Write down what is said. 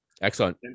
excellent